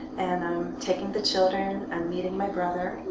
and i'm taking the children. i'm meeting my brother.